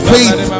Faith